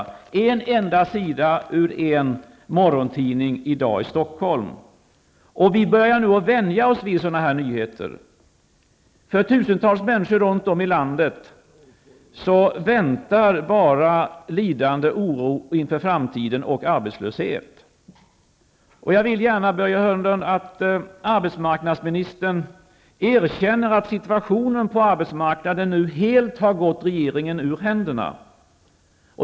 En enda sida, ur en morgontidning i dag, i Stockholm, innehåller detta. Vi börjar nu att vänja oss vid sådana här nyheter. För tusentals människor runt om i landet väntar bara lidande, oro och arbetslöshet inför framtiden. Jag vill gärna att arbetsmarknadsministern erkänner att situationen på arbetsmarknaden nu helt har gått regeringen ur händerna.